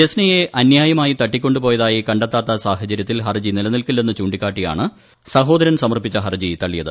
ജസ്നയെ അന്യായമായി തട്ടിക്കൊണ്ടുപോയതായി കണ്ടെത്താത്ത സാഹചര്യത്തിൽ ഹർജി നിലനിൽക്കില്ലെന്ന് ചൂണ്ടിക്കാട്ടിയാണ് സഹോദരൻ സമർപ്പിച്ച ഹർജി തള്ളിയത്